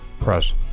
press